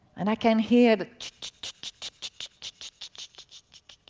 and i can hear the ch-ch-ch-ch-ch-ch-ch,